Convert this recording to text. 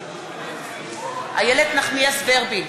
נגד איילת נחמיאס ורבין,